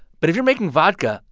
but if you're making vodka,